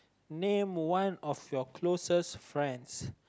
name one of your closest friends